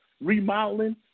remodeling